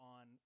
on